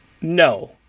no